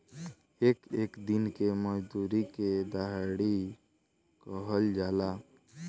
एक एक दिन के मजूरी के देहाड़ी कहल जाला